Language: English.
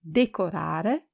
decorare